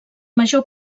major